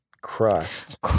Crust